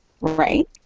right